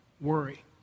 worry